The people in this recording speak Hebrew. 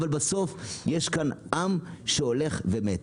אבל בסוף יש כאן עם שהולך ומת,